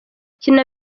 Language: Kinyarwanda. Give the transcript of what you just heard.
kina